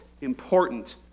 important